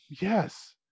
Yes